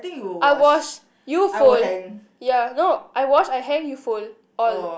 I wash you fold ya no I wash I hang you fold all